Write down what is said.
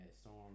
Storm